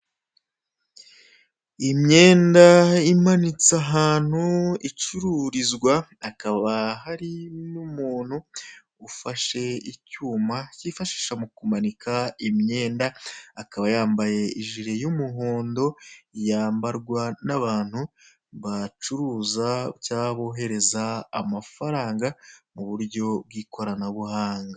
Imyenda imanitse ahantu icururizwa hakaba hari n'umuntu ufashe icyuma cyifashisha mu kumanika imyenda, akaba yambaye ijire y'umuhondo yambarwa n'abantu bacuruza cyangwa bohereza amafaranga mu buryo bw'ikoranabuhanga.